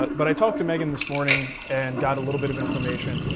but i talked to megan this morning and got a little bit of information.